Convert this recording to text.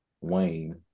Wayne